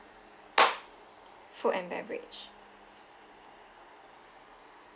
food and beverage